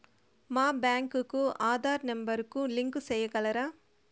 మా బ్యాంకు కు ఆధార్ నెంబర్ కు లింకు సేయగలరా?